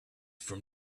from